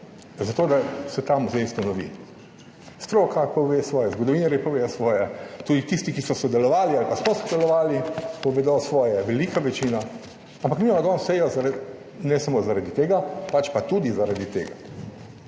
zato da se tam zdaj ustanovi. Stroka pove svoje, zgodovinarji povedo svoje, tudi tisti, ki so sodelovali ali pa smo sodelovali, povedo svoje, velika večina. Ampak mi imamo danes sejo ne samo zaradi tega, pač pa tudi zaradi tega.